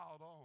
on